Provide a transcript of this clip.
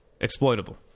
exploitable